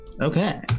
Okay